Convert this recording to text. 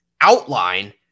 outline